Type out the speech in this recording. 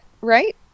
right